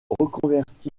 reconverti